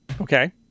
Okay